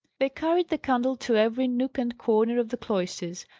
they carried the candle to every nook and corner of the cloisters,